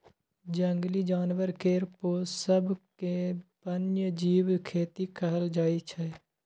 जंगली जानबर केर पोसब केँ बन्यजीब खेती कहल जाइ छै